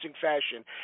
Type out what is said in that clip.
fashion